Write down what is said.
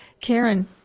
Karen